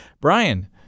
Brian